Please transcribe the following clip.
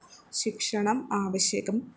शिक्षणम् आवश्यकम्